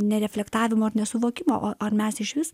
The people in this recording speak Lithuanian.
nereflektavimo ar nesuvokimo ar mes išvis